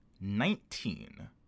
nineteen